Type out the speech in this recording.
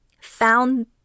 found